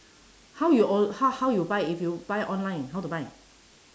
how you or~ how how you buy if you buy online how to buy